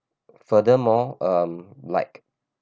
furthermore um like